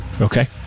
Okay